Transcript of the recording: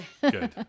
Good